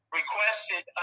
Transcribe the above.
requested